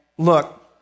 look